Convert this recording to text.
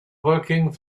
working